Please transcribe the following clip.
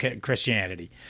Christianity